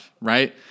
right